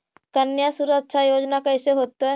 कन्या सुरक्षा योजना कैसे होतै?